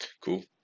cool